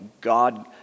God